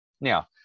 Now